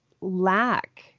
lack